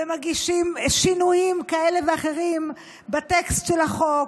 ומגישים שינויים כאלה ואחרים בטקסט של החוק,